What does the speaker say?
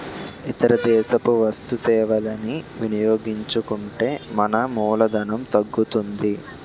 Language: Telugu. ఇతర దేశపు వస్తు సేవలని వినియోగించుకుంటే మన మూలధనం తగ్గుతుంది